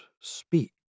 speak